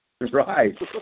Right